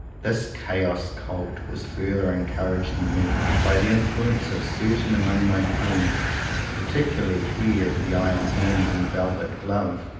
this chaos-cult was further encouraged in me by the influence of certain among my friends particularly he of the iron hand in the velvet glove,